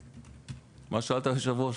מה עוד שאלת, היושב-ראש?